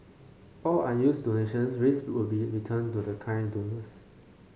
all unused donations raised will be returned to the kind donors